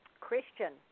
Christian